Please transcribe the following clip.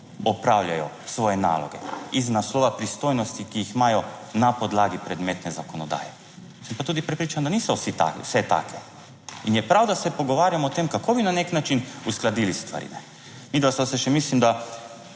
opravljajo svoje naloge iz naslova pristojnosti, ki jih imajo na podlagi predmetne zakonodaje. Sem pa tudi prepričan, da niso vse take. In je prav, da se pogovarjamo o tem, kako bi na nek način uskladili stvari. Midva sva se še, mislim, da